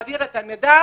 מעביר את המידע,